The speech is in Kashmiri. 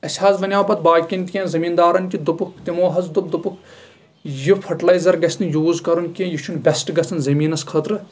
اَسہِ حظ ونیٚو پتہٕ باقین تہِ کیٚنٛہہ زمیٖن دارن دوٚپُکھ تِمو حظ دوٚپ دوٚپُکھ یہِ فٔٹلایزر گژھِ نہٕ یوٗز کَرُن کیٚنٛہہ یہِ چھُ نہٕ بیسٹ گژھان زمیٖنَس خٲطرٕ